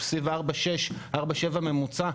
סביב ה-4.6 4.7 ממוצע.